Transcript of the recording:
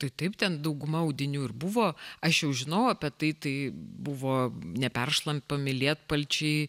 tai taip ten dauguma audinių ir buvo aš jau žinojau apie tai tai buvo neperšlampami lietpalčiai